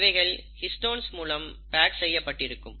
இவைகள் ஹிஸ்டோன்ஸ் மூலம் பேக் செய்யப்பட்டிருக்கும்